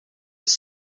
its